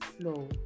flow